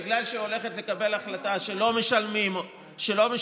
בגלל שהיא הולכת לקבל החלטה שלא משלמים אותה,